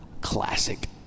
classic